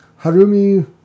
Harumi